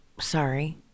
sorry